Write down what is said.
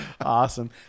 awesome